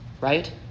right